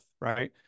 right